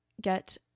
get